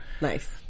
nice